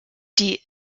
die